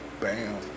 Bam